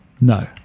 no